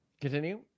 Continue